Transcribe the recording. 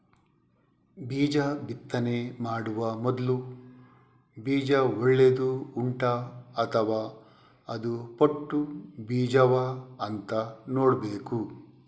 ಬೀಜ ಬಿತ್ತನೆ ಮಾಡುವ ಮೊದ್ಲು ಬೀಜ ಒಳ್ಳೆದು ಉಂಟಾ ಅಥವಾ ಅದು ಪೊಟ್ಟು ಬೀಜವಾ ಅಂತ ನೋಡ್ಬೇಕು